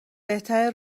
بهتره